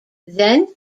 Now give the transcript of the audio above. then